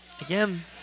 Again